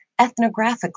ethnographically